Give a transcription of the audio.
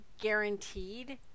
guaranteed